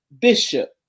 Bishop